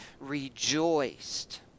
rejoiced